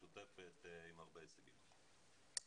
משותפת ועם הרבה הישגים של כולנו.